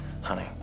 Honey